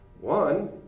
one